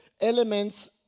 elements